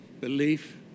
belief